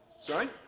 Sorry